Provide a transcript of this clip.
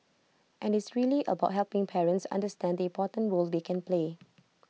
and IT is really about helping parents understand the important role they can play